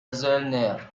زلنر